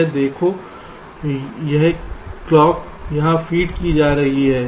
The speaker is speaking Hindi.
यह देखो यह क्लॉक यहां फीड की जा रही है